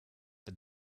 but